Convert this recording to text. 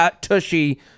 tushy